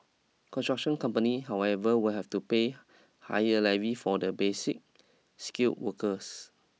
construction company however will have to pay higher levy for the Basic Skill workers